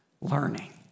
learning